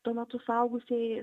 tuo metu suaugusieji